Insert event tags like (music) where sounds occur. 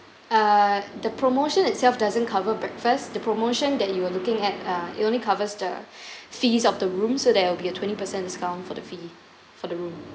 err the promotion itself doesn't cover breakfast the promotion that you were looking at uh it only covers the (breath) fees of the rooms so there will be a twenty percent discount for the fee for the room